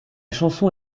chanson